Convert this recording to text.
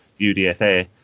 UDFA